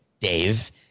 Dave